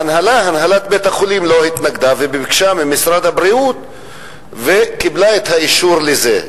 הנהלת בית-החולים לא התנגדה וביקשה ממשרד הבריאות וקיבלה את האישור לזה.